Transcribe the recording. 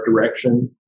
direction